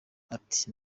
ati